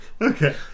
Okay